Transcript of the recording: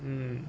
mm